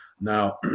Now